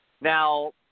Now